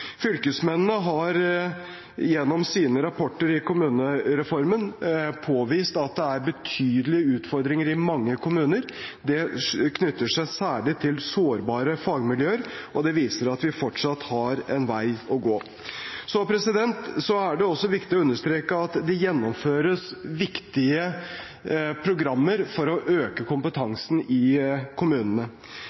Fylkesmennene har gjennom sine rapporter i kommunereformen påvist at det er betydelige utfordringer i mange kommuner. Det knytter seg særlig til sårbare fagmiljøer. Det viser at vi fortsatt har en vei å gå. Så er det også viktig å understreke at det gjennomføres viktige programmer for å øke kompetansen i kommunene.